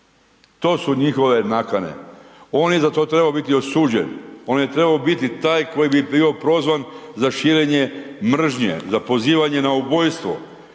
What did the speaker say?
To su njihove nakane. On je za to trebao biti osuđen, on je trebao biti taj koji bi bio prozvan za širenje mržnje, za pozivanje na ubojstvo,